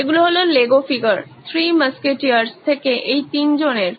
এগুলো হলো Lego figure three musketeers থেকে এই তিনজন এর